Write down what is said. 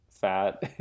fat